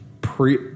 pre